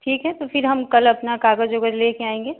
ठीक है तो फ़िर हम कल अपना कागज़ ओगज लेकर आएंगे